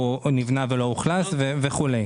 שנבנה ולא אוכלס וכו'.